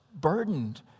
burdened